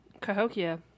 Cahokia